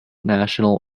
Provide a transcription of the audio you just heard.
national